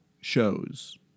shows